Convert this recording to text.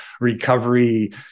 recovery